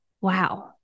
wow